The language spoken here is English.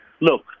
look